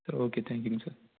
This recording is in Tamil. சார் ஓகே தேங்க்யூங்க சார்